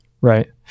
Right